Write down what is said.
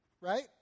right